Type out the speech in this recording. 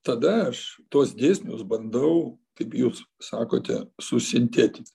tada aš tuos dėsnius bandau kaip jūs sakote susintetint